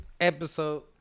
episode